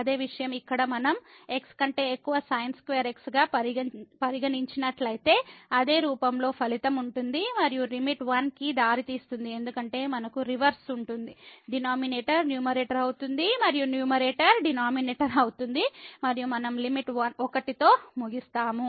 అదే విషయం ఇక్కడ మనం x కంటే ఎక్కువ sin2x గా పరిగణించినట్లయితే అదే రూపంలో ఫలితం ఉంటుంది మరియు లిమిట్ 1 కీ దారి తీస్తుంది ఎందుకంటే మనకు రివర్స్ ఉంటుంది డినామినేటర్ న్యూమరేటర్ అవుతుంది మరియు న్యూమరేటర్ డినామినేటర్ అవుతుంది మరియు మనం లిమిట్ 1 తో ముగిస్తాను